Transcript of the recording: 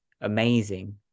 amazing